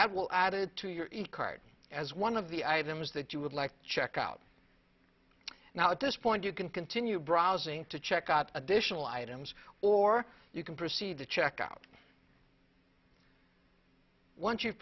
that will add it to your card as one of the items that you would like to check out now at this point you can continue browsing to check out additional items or you can proceed to check out once you